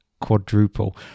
quadruple